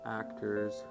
actors